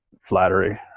flattery